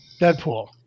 Deadpool